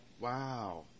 Wow